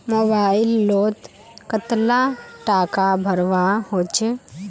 Mobile लोत कतला टाका भरवा होचे?